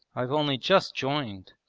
i've only just joined,